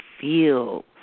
feel